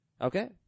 Okay